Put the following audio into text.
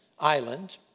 island